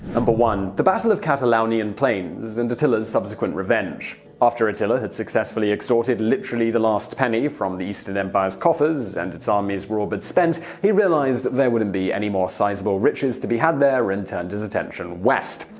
and but one. the battle of the catalaunian plains and attila's subsequent revenge after attila had successfully extorted literally the last penny from the eastern empire's coffers, and its armies were all but spent, he realized there wouldn't be any more sizable riches to be had there and turned his attention west.